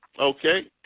Okay